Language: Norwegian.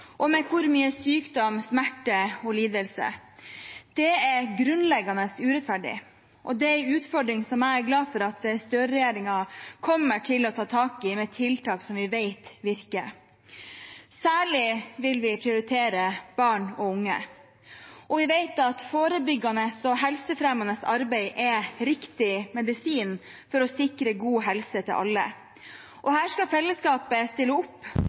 og med hvor mye sykdom, smerte og lidelse. Det er grunnleggende urettferdig, og det er en utfordring jeg er glad for at Støre-regjeringen kommer til å ta tak i, med tiltak som vi vet virker. Særlig vil vi prioritere barn og unge. Vi vet at forebyggende og helsefremmende arbeid er riktig medisin for å sikre god helse til alle. Og her skal fellesskapet stille opp,